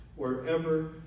wherever